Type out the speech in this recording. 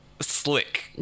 slick